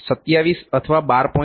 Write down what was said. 27 અથવા 12